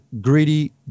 greedy